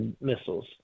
missiles